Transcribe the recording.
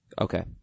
Okay